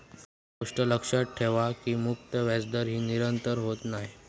ही गोष्ट लक्षात ठेवा की मुक्त व्याजदर ही निरंतर होत नाय